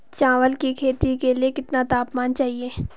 चावल की खेती के लिए कितना तापमान चाहिए?